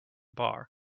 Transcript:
bar